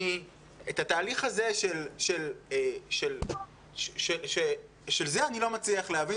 את התהליך הזה של זה אני לא מבין,